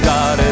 God